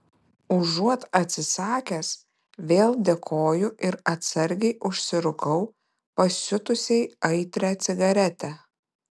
užuot atsisakęs vėl dėkoju ir atsargiai užsirūkau pasiutusiai aitrią cigaretę